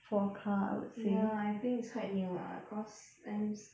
ya I think it's quite new lah cause I'm s~